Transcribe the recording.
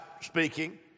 speaking